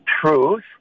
truth